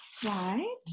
slide